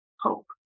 Hope